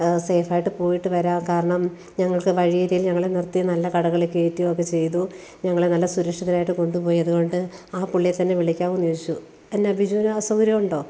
സേഫായിട്ട് പോയിട്ട് വരാം കാരണം ഞങ്ങൾക്ക് വഴിയരികിൽ ഞങ്ങളെ നിർത്തി നല്ല കടകളീ കയറ്റുകൊക്കെ ചെയ്തു ഞങ്ങളെ നല്ല സുരക്ഷിതരായിട്ട് കൊണ്ട്പോയത് കൊണ്ട് ആ പുള്ളിയെ തന്നെ വിളിക്കാവോന്ന് ചോദിച്ചു എന്നാ ബിജുവിന് അസൗകര്യമുണ്ടോ